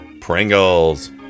Pringles